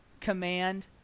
command